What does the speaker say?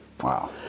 wow